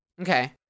Okay